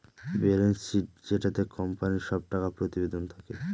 balance sheet যেটাতে কোম্পানির সব টাকা প্রতিবেদন থাকে